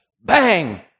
bang